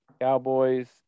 Cowboys